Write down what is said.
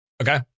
okay